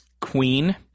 Queen